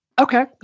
Okay